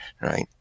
right